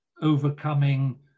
overcoming